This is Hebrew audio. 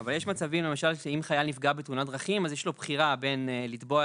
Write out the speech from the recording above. אבל אם הוא נפגע בתאונת דרכים יש לו בחירה בין לתבוע